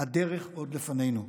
הדרך עוד לפנינו.